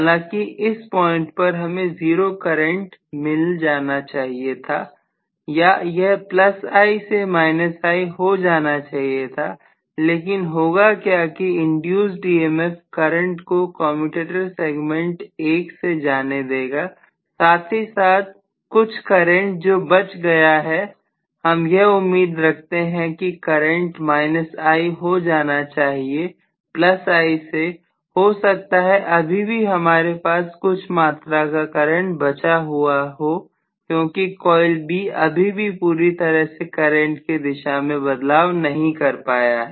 हालांकि इस पॉइंट पर हमें 0 करंट मिल जाना चाहिए था या यह I से I हो जाना चाहिए था लेकिन होगा क्या की इंड्यूस्ड emf करंट को कमयुटेटर सेगमेंट 1 में जाने देगा साथ ही साथ कुछ करें जो बच गया है हम यह उम्मीद रखते हैं कि करंट I हो जाना चाहिए I से हो सकता है अभी भी हमारे पास कुछ मात्रा का करंट बचा हुआ हो क्योंकि कॉइल B अभी भी पूरी तरह से करंट की दिशा में बदलाव नहीं कर पाया है